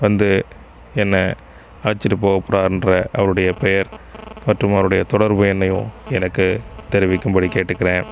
வந்து என்ன அழைச்சிட்டு போக போறார்ன்ற அவருடைய பெயர் மற்றும் அவருடைய தொடர்பென்னையும் எனக்கு தெரிவிக்கும்படி கேட்டுக்கிற